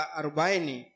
arubaini